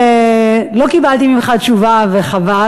לא קיבלתי ממך תשובה וחבל,